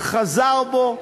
חזר בו,